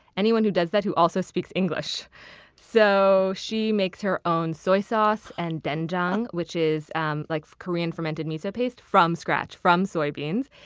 anyone who does that who also speaks english so she makes her own soy sauce and doenjang, which is um like korean fermented miso paste, from scratch, from soybeans.